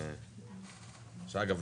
שאגב,